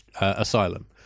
Asylum